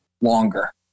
longer